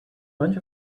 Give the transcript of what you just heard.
bunch